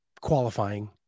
qualifying